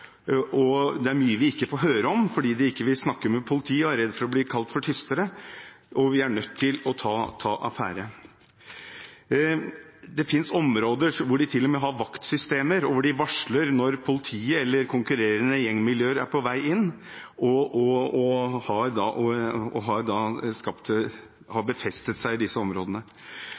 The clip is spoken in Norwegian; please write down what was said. og det er mye vi ikke får høre om fordi de ikke vil snakke med politiet og er redde for å bli kalt tystere. Vi er nødt til å ta affære. Det finnes områder hvor de til og med har vaktsystemer, hvor de varsler når politiet eller konkurrerende gjengmiljøer er på vei inn, og har da befestet seg i disse områdene. – Det er snakk om store ressurser som er i